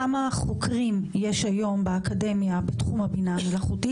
כמה חוקרים יש היום באקדמיה בתחום הבינה המלאכותית.